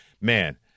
man